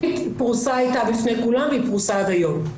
התכנית הייתה פרוסה בפני כולם והיא פרוסה עד היום.